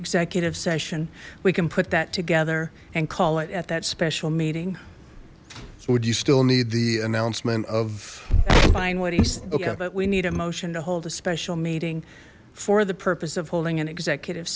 executive session we can put that together and call it at that special meeting would you still need the announcement of but we need a motion to hold a special meeting for the purpose of holding an executive